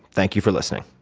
thank you for listening